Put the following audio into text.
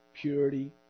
purity